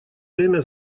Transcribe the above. время